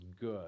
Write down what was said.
good